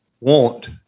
want